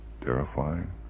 Terrifying